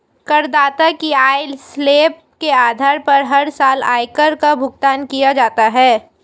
करदाता की आय स्लैब के आधार पर हर साल आयकर का भुगतान किया जाता है